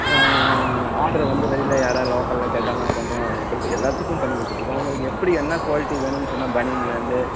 order வந்து வெளியில யாராது லோக்கல்ல கேட்டால் நாங்கள் பண்ணுறோம் எக்ஸ்போர்ட் எல்லாத்துக்கும் பண்ணி கொடுத்துட்ருக்கோம் உங்களுக்கு எப்படி என்ன குவாலிட்டி வேணும்னு சொன்னால் பனியன்லேருந்து